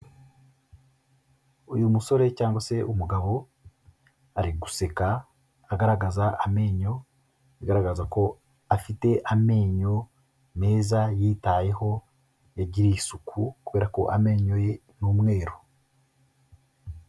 Uyu musore cyangwa se umugabo ari guseka agaragaza amenyo, agaragaza ko afite amenyo meza yitayeho yagiriye isuku, kubera ko amenyo ye ni umweru.